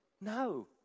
No